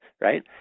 right